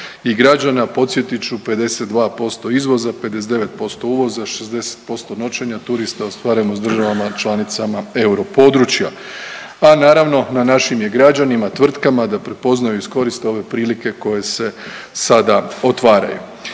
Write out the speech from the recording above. i građana. Podsjetit ću 52% izvoza, 59% uvoza, 60% noćenja turista ostvaren u državama članicama euro područja, a naravno na našim je građanima, tvrtkama da prepoznaju, iskoriste ove prilike koje se sada otvaraju.